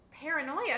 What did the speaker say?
paranoia